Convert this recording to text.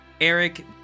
Eric